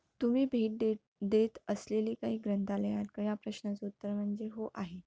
तुम्ही भेट देत देत असलेली काही ग्रंथालयं आहेत का या प्रश्नाचं उत्तर म्हणजे हो आहे